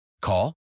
Call